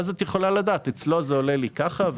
את יכולה לדעת אצלו עולה לי ככה,